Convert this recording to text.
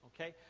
Okay